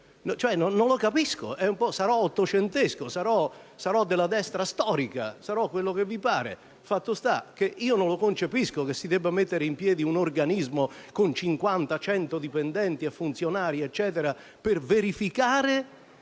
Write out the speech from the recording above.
Non lo capisco. Sarò ottocentesco, sarò della destra storica, sarò quel che vi pare, fatto sta che non concepisco che si debba mettere in piedi un organismo con 50 o 100 dipendenti per monitorare